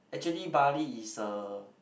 actually Bali is a